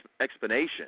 explanation